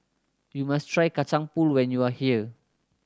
you must try Kacang Pool when you are here